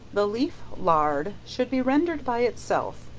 the leaf lard should be rendered by itself,